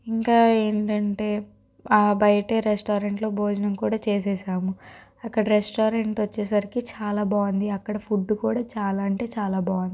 ఇంకా ఏంటంటే బయటే రెస్టారెంట్లో భోజనం కూడా చేసేసాము అక్కడ రెస్టారెంటొచ్చేసరికి చాలా బాగుంది అక్కడ ఫుడ్ కూడా చాలా అంటే చాలా బాగుంది